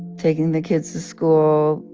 taking the kids to school,